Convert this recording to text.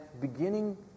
beginning